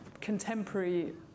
contemporary